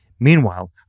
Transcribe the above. Meanwhile